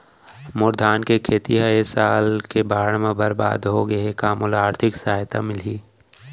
मोर धान के खेती ह ए साल के बाढ़ म बरबाद हो गे हे का मोला आर्थिक सहायता मिलही?